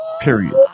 Period